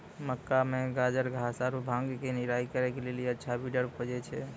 मक्का मे गाजरघास आरु भांग के निराई करे के लेली अच्छा वीडर खोजे छैय?